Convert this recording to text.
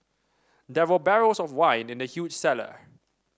there were barrels of wine in the huge cellar